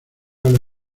habla